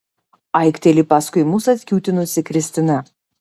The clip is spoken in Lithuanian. aikteli paskui mus atkiūtinusi kristina